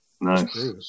nice